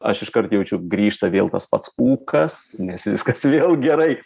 aš iškart jaučiu grįžta vėl tas pats pūkas nes viskas vėl gerai